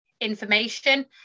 information